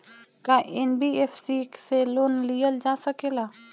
का एन.बी.एफ.सी से लोन लियल जा सकेला?